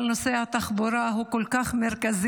אבל נושא התחבורה הוא כל כך מרכזי,